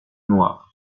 noirs